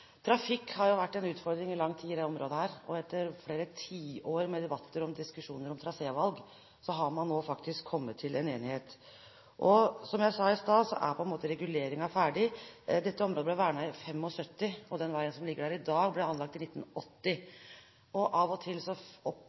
Trafikk har vært en utfordring i lang tid i dette området, og etter flere tiår med debatter og diskusjoner om trasévalg har man nå faktisk kommet til en enighet. Og, som jeg sa i stad, så er på en måte reguleringen ferdig. Dette området ble vernet i 1975, og den veien som ligger der i dag, ble anlagt i 1980. Av og til